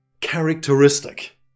characteristic